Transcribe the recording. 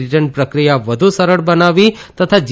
રિટર્નની પ્રક્રિયા વધુ સરળ બનાવવી તથા જી